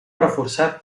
reforçat